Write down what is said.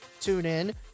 TuneIn